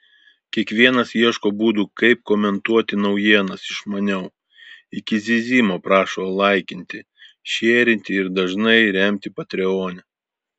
kiekvienas ieško būdų kaip komentuoti naujienas išmaniau iki zyzimo prašo laikinti šierinti ir dažnai remti patreone